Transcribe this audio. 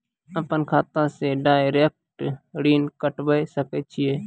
अपन खाता से डायरेक्ट ऋण कटबे सके छियै?